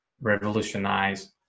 revolutionize